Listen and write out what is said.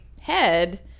head